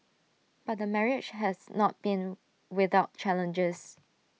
but marriage has not been without challenges